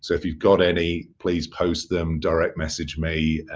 so if you've got any, please post them, direct message me,